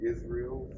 Israel